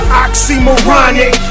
oxymoronic